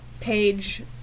page